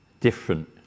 Different